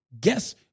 Guess